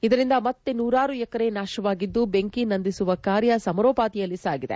ಇದರಿಂದ ಮತ್ತೆ ನೂರಾರು ಎಕರೆ ನಾಶವಾಗಿದ್ದು ಬೆಂಕಿ ನಂದಿಸುವ ಕಾರ್ಯ ಸಮರೋಪಾದಿಯಲ್ಲಿ ಸಾಗಿದೆ